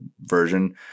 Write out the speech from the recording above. version